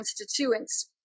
constituents